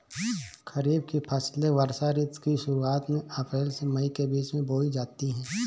खरीफ की फसलें वर्षा ऋतु की शुरुआत में अप्रैल से मई के बीच बोई जाती हैं